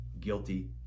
guilty